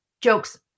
jokes